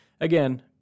again